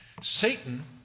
Satan